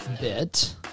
bit